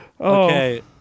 okay